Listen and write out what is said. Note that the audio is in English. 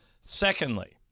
Secondly